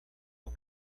uma